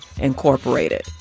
Incorporated